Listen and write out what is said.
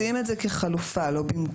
מציעים את זה כחלופה, לא במקום.